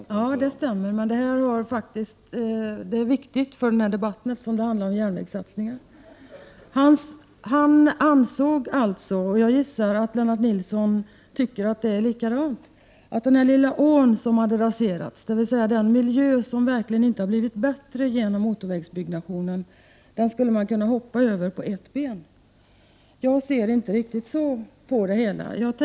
Herr talman! Ja, det stämmer, men det här är viktigt för den här debatten, eftersom det handlar om järnvägssatsningar. Georg Andersson ansåg alltså — och jag gissar att Lennart Nilsson tycker likadant — att den lilla å som hade raserats, dvs. den miljö som verkligen inte har blivit bättre genom motorvägsbyggnationen, skulle man kunna hoppa över på ett ben. Jag ser inte riktigt så på det hela.